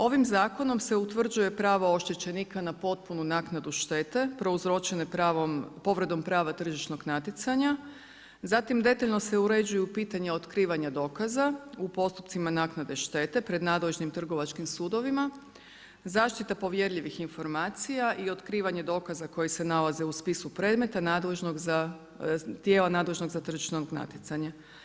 Ovim zakonom se utvrđuje prava oštećenika na potpunu naknadu štete, prouzročene povredom prava tržišnog natjecanja, zatim detaljno se određuju pitanja otkrivanja dokaza u postupcima naknade štete pred nadležnim trgovačkim sudovima, zaštita povjerljivih informacija i otkrivanje dokaza koje se nalaze u spisu predmeta nadležnog za, tijela nadležnog za tržišno natjecanje.